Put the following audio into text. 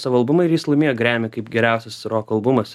savo albumą ir jis laimėjo grammy kaip geriausias roko albumas